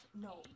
no